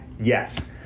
Yes